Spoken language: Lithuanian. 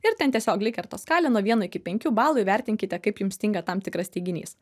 ir ten tiesiog likerto skalę nuo vieno iki penkių balų įvertinkite kaip jums tinka tam tikras teiginys